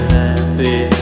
happy